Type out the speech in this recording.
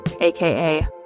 AKA